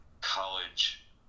college